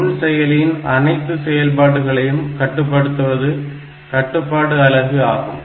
நுண் செயலியின் அனைத்து செயல்பாடுகளையும் கட்டுப்படுத்துவது கட்டுப்பாடு அலகு ஆகும்